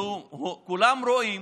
כולם רואים